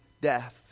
death